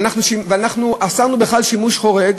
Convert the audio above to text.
ואנחנו אסרנו בכלל שימוש חורג.